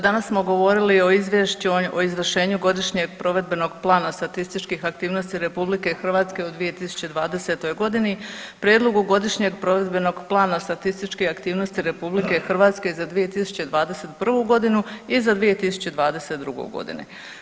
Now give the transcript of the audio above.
Danas smo govorili o Izvješću o izvršenju godišnjeg provedbenog plana statističkih aktivnosti RH u 2020.g., prijedlogu godišnjeg provedbenog plana statističke aktivnosti RH za 2021.g. i za 2022.g.